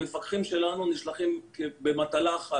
המפקחים שלנו נשלחים במטלה אחת,